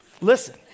Listen